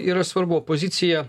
yra svarbu opozicija